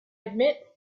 admit